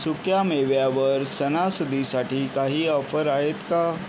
सुक्यामेव्यावर सणासुदीसाठी काही ऑफर आहेत का